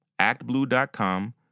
actblue.com